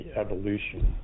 evolution